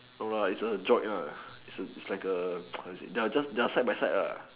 no it's just a joint it's like a how to say they are side by side